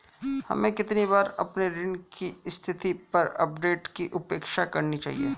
हमें कितनी बार अपने ऋण की स्थिति पर अपडेट की अपेक्षा करनी चाहिए?